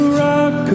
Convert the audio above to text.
rock